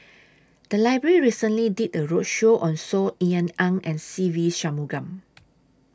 The Library recently did A roadshow on Saw Ean Ang and Se Ve Shanmugam